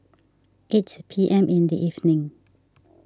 eight P M in the evening